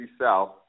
South